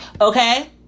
Okay